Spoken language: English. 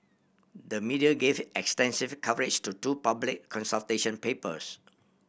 the media gave extensive coverage to two public consultation papers